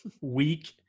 weak